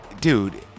Dude